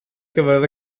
gyfer